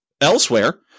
Elsewhere